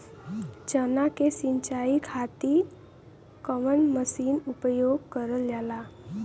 चना के सिंचाई खाती कवन मसीन उपयोग करल जाला?